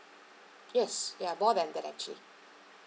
yes ya more than that actually